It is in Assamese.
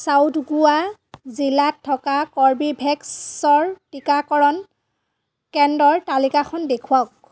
চাউথ গোৱা জিলাত থকা কৰ্বীভেক্সৰ টিকাকৰণ কেন্দ্ৰৰ তালিকাখন দেখুৱাওক